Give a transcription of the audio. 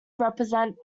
represent